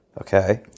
Okay